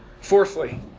Fourthly